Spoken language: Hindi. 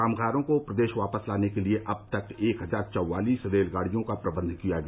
कामगारों को प्रदेश वापस लाने के लिए अब तक एक हजार चवालीस रेलगाड़ियों का प्रबन्ध किया गया